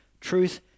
Truth